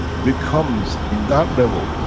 becomes, in that level,